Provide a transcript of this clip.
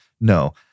No